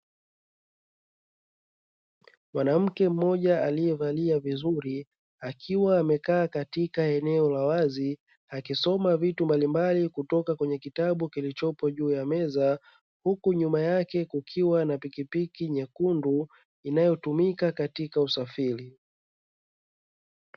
Mwanamke mmoja aliyevalia vizuri, akiwa amekaa katika eneo la wazi; akisoma vitu mbalimbali kutoka kwenye kitabu kilichopo juu ya meza, huku nyuma yake kukiwa na pikipiki nyekundu inayotumika katika usafiri.